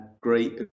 great